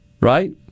right